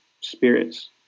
spirits